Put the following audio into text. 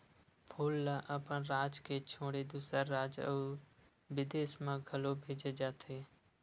फूल ल अपन राज के छोड़े दूसर राज अउ बिदेस म घलो भेजे जाथे